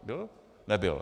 Byl? Nebyl.